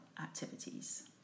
activities